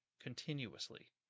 continuously